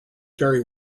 vary